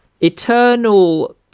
eternal